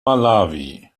malawi